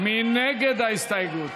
מי נגד ההסתייגות?